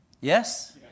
Yes